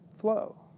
flow